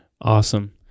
Awesome